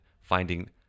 finding